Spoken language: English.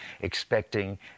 expecting